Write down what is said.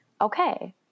okay